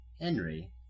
Henry